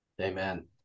Amen